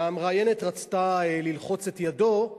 והמראיינת רצתה ללחוץ את ידו,